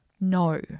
no